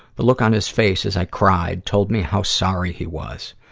the look on his face as i cried told me how sorry he was.